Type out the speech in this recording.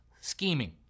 scheming